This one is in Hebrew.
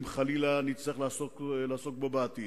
אם חלילה נצטרך לעסוק בו, בעתיד.